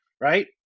right